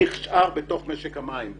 נשאר בתוך משק המים,